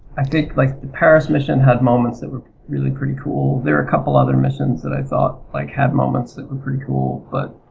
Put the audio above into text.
i think like the paris mission had moments that were really pretty cool. there are couple of other missions that i thought like had moments that were pretty cool but